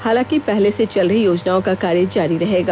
हालांकि पहले से चल रही योजनाओं का कार्य जारी रहेगा